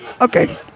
Okay